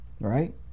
right